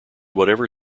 whatever